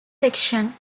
section